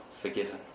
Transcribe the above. forgiven